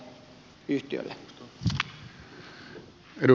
arvoisa puhemies